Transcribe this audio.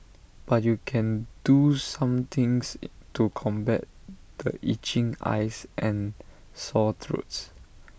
but you can do some things IT to combat the itching eyes and sore throats